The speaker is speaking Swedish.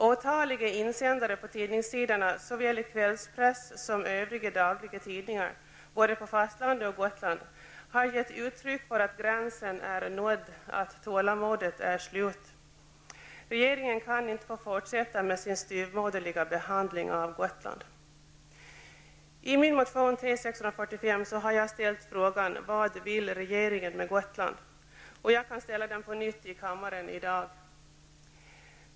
Otaliga insändare på tidningssidorna såväl i kvällspress som övriga dagliga tidningar både på fastlandet och Gotland har givit uttryck för att gränsen är nådd, att tålamodet är slut. Regeringen kan inte få fortsätta med sin styvmoderliga behandling av I min motion T645 har jag ställt frågan ''Vad vill regeringen med Gotland? '', och jag kan ställa den på nytt i kammaren i dag.